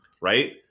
right